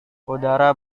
udara